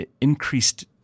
increased